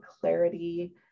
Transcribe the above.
clarity